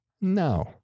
no